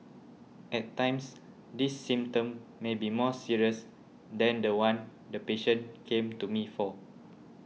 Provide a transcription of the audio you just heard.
at times this symptom may be more serious than the one the patient came to me for